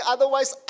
Otherwise